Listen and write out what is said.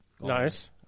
Nice